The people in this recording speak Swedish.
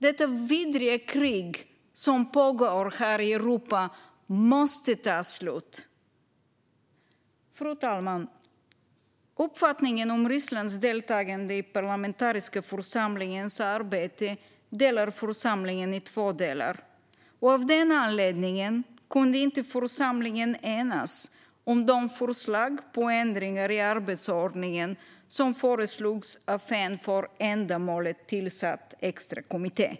Detta vidriga krig som pågår här, i Europa, måste ta slut. Fru talman! Uppfattningen om Rysslands deltagande i den parlamentariska församlingens arbete delar församlingen i två delar, och av den anledningen kunde inte församlingen enas om de förslag på ändringar i arbetsordningen som föreslogs av en för ändamålet tillsatt extra kommitté.